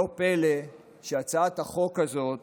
לא פלא שהצעת החוק הזאת